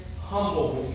humble